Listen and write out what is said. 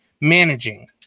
managing